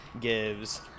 gives